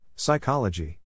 Psychology